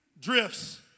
drifts